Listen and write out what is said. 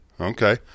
okay